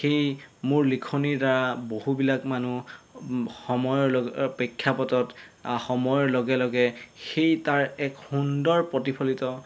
সেই মোৰ লিখনিৰ দ্বাৰা বহুবিলাক মানুহ সময়ৰ লগ প্ৰেক্ষাপটত সময়ৰ লগে লগে সেই তাৰ এক সুন্দৰ প্ৰতিফলিত